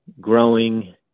growing